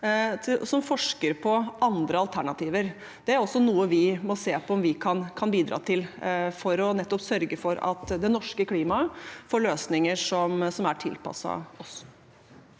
som forsker på andre alternativer. Det er også noe vi må se på om vi kan bidra til, nettopp for å sørge for at det norske klimaet får løsninger som er tilpasset oss.